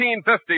1950